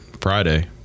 Friday